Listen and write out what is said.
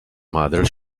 mother